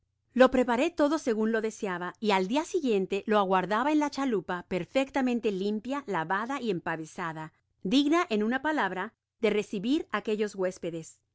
lo preparó todo segun deseaba y al siguiente dia lo aguardaba en la chalupa perfectamente limpia lavada y empavesada digna en una palabra de recibir aquellos huéspedes